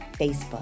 Facebook